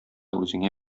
үзеңә